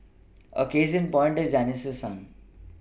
a case in point is Janice's son